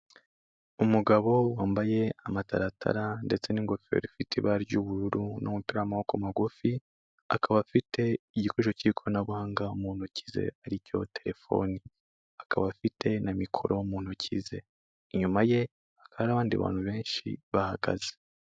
Umugabo wambaye amataratara ndetse n'ingofero ifite ibara ry'ubururu n'umupira w'amaboko magufi, akaba afite igikoresho cy'ikoranabuhanga mu ntoki ze aricyo telefoni, akaba afite na mikoro mu ntoki ze, inyuma ye hakaba hari abandi bantu benshi bahagaze.